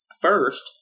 First